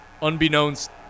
unbeknownst